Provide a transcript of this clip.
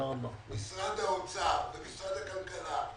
משרד האוצר ומשרד הכלכלה,